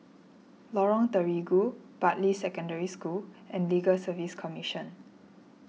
Lorong Terigu Bartley Secondary School and Legal Service Commission